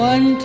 One